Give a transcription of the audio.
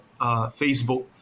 Facebook